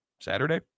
Saturday